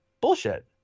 Bullshit